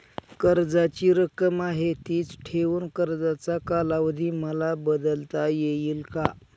कर्जाची रक्कम आहे तिच ठेवून कर्जाचा कालावधी मला बदलता येईल का?